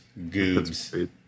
goobs